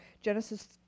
Genesis